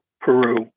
Peru